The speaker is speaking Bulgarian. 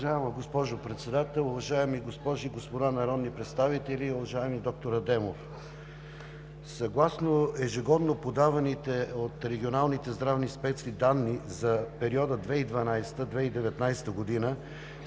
Уважаема госпожо Председател, уважаеми госпожи и господа народни представители! Уважаеми доктор Адемов, съгласно ежегодно подаваните от регионалните здравни данни, за периода 2012 – 2019 г.